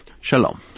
Shalom